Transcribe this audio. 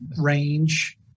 range